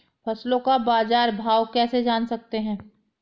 फसलों का बाज़ार भाव कैसे जान सकते हैं?